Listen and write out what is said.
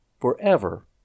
forever